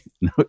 no